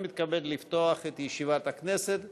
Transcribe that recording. שהחזירה ועדת העבודה,